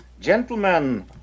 Gentlemen